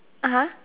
(uh huh)